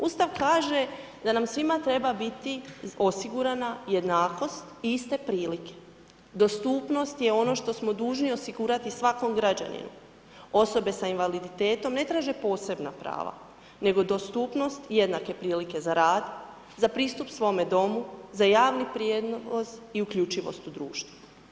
Ustav kaže da nam svima treba biti osigurana jednakost i iste prilike, dostupnost je ono što smo dužni osigurati svakom građaninu, osobe sa invaliditetom ne traže posebna prava, nego dostupnost, jednake prilike za rad, za pristup svome domu, za javni prijevoz i uključivost u društvu.